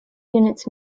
units